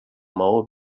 maó